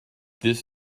this